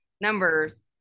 numbers